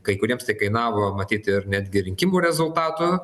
kai kuriems tai kainavo matyt ir netgi rinkimų rezultatų